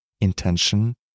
intention